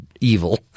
evil